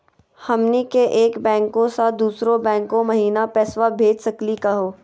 हमनी के एक बैंको स दुसरो बैंको महिना पैसवा भेज सकली का हो?